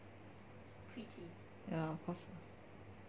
ya of course